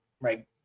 right